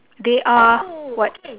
they are what